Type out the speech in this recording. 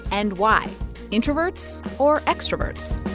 and why introverts or extroverts?